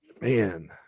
man